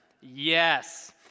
Yes